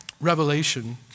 Revelation